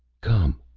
come,